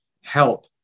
help